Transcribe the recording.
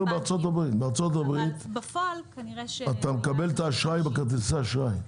בארצות-הברית בארצות-הברית אתה מקבל את האשראי בכרטיסי אשראי.